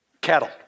Cattle